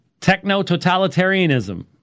techno-totalitarianism